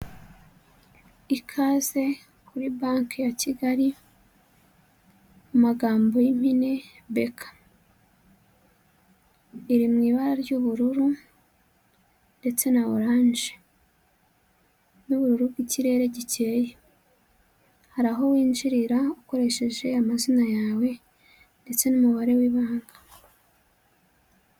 Ikaze kuri banki ya Kigali, mu magambo y'impine Beka iri mu ibara ry'ubururu ndetse na oranje, n'ubururu bw'ikirere gikeye, hari aho winjirira ukoresheje amazina yawe ndetse n'umubare w'ibanga.